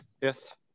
yes